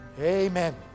amen